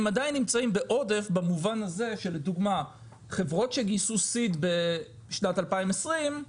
הם עדיין נמצאים בעודף במובן הזה שלדוגמה חברות שגייסו Seed בשנת 2020,